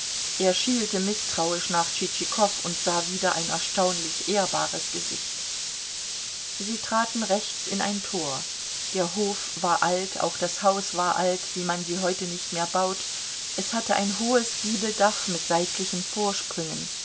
er schielte mißtrauisch nach tschitschikow und sah wieder ein erstaunlich ehrbares gesicht sie traten rechts in ein tor der hof war alt auch das haus war alt wie man sie heute nicht mehr baut es hatte ein hohes giebeldach mit seitlichen vorsprüngen